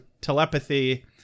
telepathy